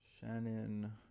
Shannon